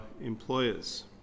employers